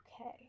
Okay